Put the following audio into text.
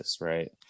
right